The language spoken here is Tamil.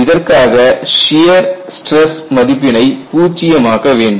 இதற்காக சியர் ஸ்டிரஸ் மதிப்பினை பூஜ்ஜியமாக்க வேண்டும்